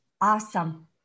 awesome